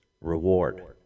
reward